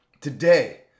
today